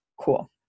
cool